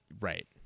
Right